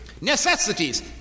Necessities